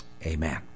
Amen